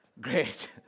Great